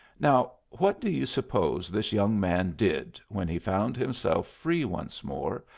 now what do you suppose this young man did when he found himself free once more,